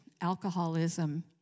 alcoholism